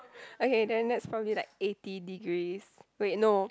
okay then that's probably like eighty degrees wait no